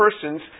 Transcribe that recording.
persons